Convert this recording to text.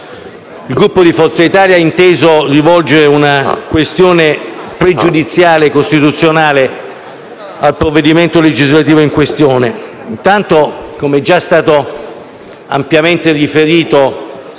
il Gruppo Forza Italia abbia inteso presentare una questione pregiudiziale sul provvedimento legislativo in questione. Intanto, come è già stato ampiamente riferito